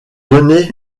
donnait